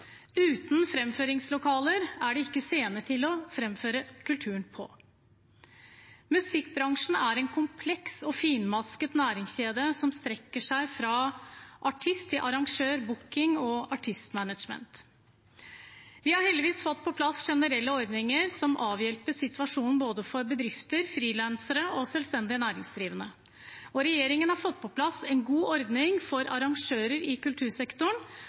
Uten framføringslokaler er det ikke scener til å framføre kulturen på. Musikkbransjen er en kompleks og finmasket næringskjede som strekker seg fra artist til arrangør, booking og artist-management. Vi har heldigvis fått på plass generelle ordninger som avhjelper situasjonen for både bedrifter, frilansere og selvstendig næringsdrivende, og regjeringen har fått på plass en god ordning for arrangører i kultursektoren